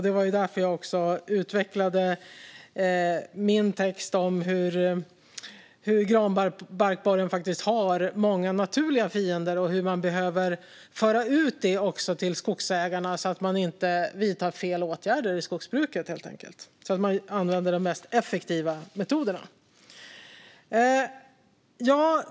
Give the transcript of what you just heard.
Det var därför jag utvecklade min text om hur granbarkborren har många naturliga fiender och hur man behöver föra ut det till skogsägarna så att de inte vidtar fel åtgärder i skogsbruket helt enkelt utan använder de mest effektiva metoderna.